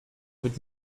would